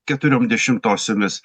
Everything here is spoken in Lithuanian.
keturiom dešimtosiomis